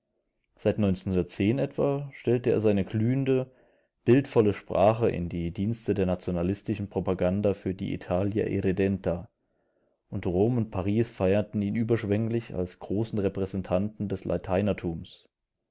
seit etwa stellt er seine glühende bildervolle sprache in den dienst der nationalistischen propaganda für die italia irredenta und rom und paris feierten ihn überschwänglich als großen repräsentanten des